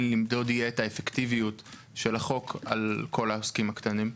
יהיה למדוד את האפקטיביות של החוק על כל העוסקים הקטנים?